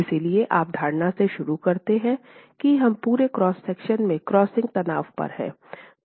इसलिए आप धारणा से शुरू करते हैं कि हम पूरे क्रॉस सेक्शन में क्रशिंग तनाव पर हैं